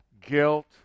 guilt